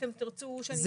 אלה